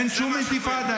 אין שום אינתיפאדה.